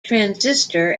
transistor